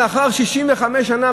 לאחר 65 שנה,